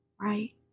right